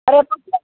తర్వాత వచ్చి